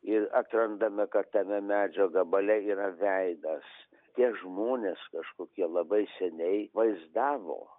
ir atrandame kad tave medžio gabale yra veidas tie žmonės kažkokie labai seniai vaizdavo